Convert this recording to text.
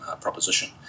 proposition